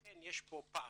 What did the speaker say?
לכן יש פה פער,